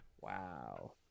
Wow